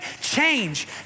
change